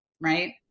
right